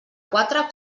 quatre